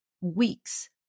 weeks